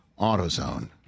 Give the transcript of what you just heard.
AutoZone